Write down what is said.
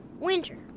Winter